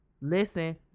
Listen